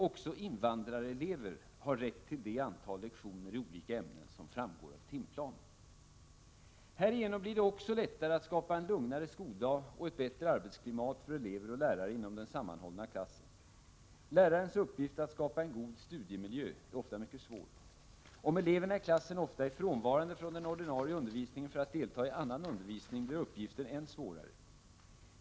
Också invandrarelever har rätt till det antal lektioner i olika ämnen som framgår av timplanen. Härigenom blir det också lättare att skapa en lugnare skoldag och ett bättre arbetsklimat för elever och lärare inom den sammanhållna klassen. Lärarens uppgift att skapa en god studiemiljö är ofta mycket svår. Om eleverna i klassen ofta är frånvarande från den ordinarie undervisningen för att delta i annan undervisning blir uppgiften än svårare.